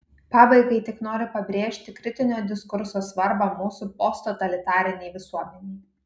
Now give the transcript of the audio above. pabaigai tik noriu pabrėžti kritinio diskurso svarbą mūsų posttotalitarinei visuomenei